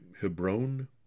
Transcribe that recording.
Hebron